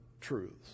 truths